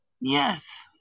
Yes